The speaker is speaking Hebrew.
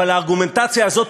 אבל הארגומנטציה הזאת,